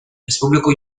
республику